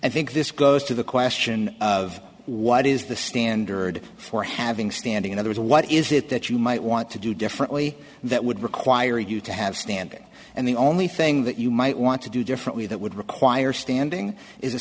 i think this goes to the question of what is the standard for having standing in others what is it that you might want to do differently that would require you to have standing and the only thing that you might want to do differently that would require standing i